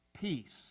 Peace